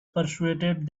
persuaded